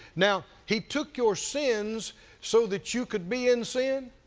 now, he took your sins so that you could be in sin?